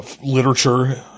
literature